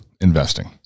investing